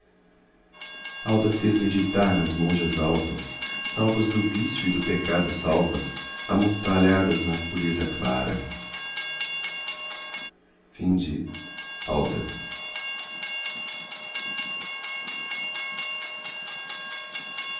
alda fez meditar nas monjas alvas salvas do vicio e do pecado salvas amortalhadas na pureza clara